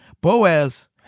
Boaz